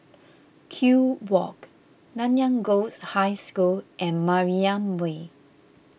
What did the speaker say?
Kew Walk Nanyang Girls' High School and Mariam Way